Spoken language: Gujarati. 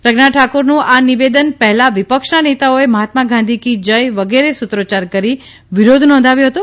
પ્રજ્ઞા ઠાકુરનુ આ નિવેદન પહેલા વિપક્ષના નેતાઓએ મહાત્મા ગાંધી કી જય વગેરે સુત્રોચ્યાર કરી વિરોધ નોંધાવ્યો હતો